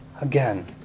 again